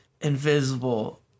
invisible